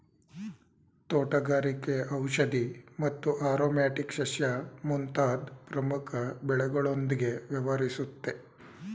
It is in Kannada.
ತೋಟಗಾರಿಕೆ ಔಷಧಿ ಮತ್ತು ಆರೊಮ್ಯಾಟಿಕ್ ಸಸ್ಯ ಮುಂತಾದ್ ಪ್ರಮುಖ ಬೆಳೆಗಳೊಂದ್ಗೆ ವ್ಯವಹರಿಸುತ್ತೆ